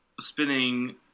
spinning